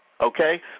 Okay